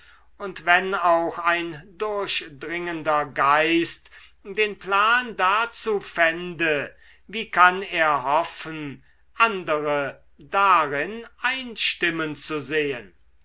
und wenn auch ein durchdringender geist den plan dazu fände wie kann er hoffen andere darin einstimmen zu sehen